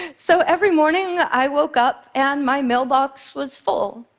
so every morning, i woke up and my mailbox was full.